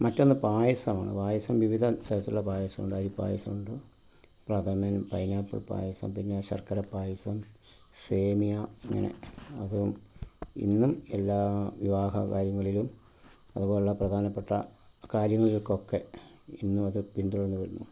മറ്റൊന്ന് പായസമാണ് പായസം വിവിധ തരത്തിലുള്ള പായസം ഉണ്ട് അരിപ്പായസം ഉണ്ട് പ്രഥമൻ പൈനാപ്പിൾ പായസം പിന്നെ ശർക്കര പായസം സേമിയ അങ്ങനെ അതും ഇന്നും എല്ലാ വിവാഹ കാര്യങ്ങളിലും അതുപോലുള്ള പ്രധാനപ്പെട്ട കാര്യങ്ങൾക്കൊക്കെ ഇന്നും അത് പിന്തുടർന്ന് വരുന്നു